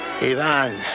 Ivan